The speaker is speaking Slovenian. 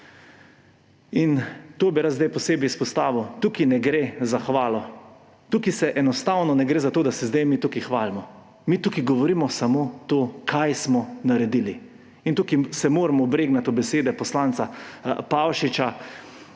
To bi rad zdaj posebej izpostavil. Tukaj ne gre za hvalo, tukaj enostavno ne gre za to, da se zdaj mi tukaj hvalimo. Mi tukaj govorimo samo to, kaj smo naredili. In tukaj se moram obregniti ob besede poslanca Pavšiča,